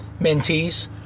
mentees